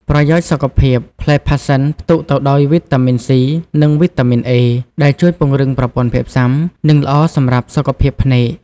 ប្រយោជន៍សុខភាព ផ្លែផាសសិនផ្ទុកទៅដោយ វីតាមីន សុី និង វីតាមីន អេ ដែលជួយពង្រឹងប្រព័ន្ធភាពស៊ាំ និងល្អសម្រាប់សុខភាពភ្នែក។